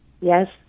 Yes